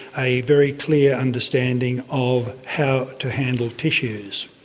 a very clear understanding of how to handle tissues.